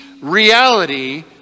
reality